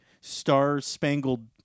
star-spangled